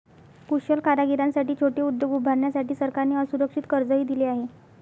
कुशल कारागिरांसाठी छोटे उद्योग उभारण्यासाठी सरकारने असुरक्षित कर्जही दिले आहे